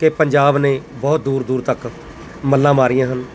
ਕਿ ਪੰਜਾਬ ਨੇ ਬਹੁਤ ਦੂਰ ਦੂਰ ਤੱਕ ਮੱਲਾਂ ਮਾਰੀਆਂ ਹਨ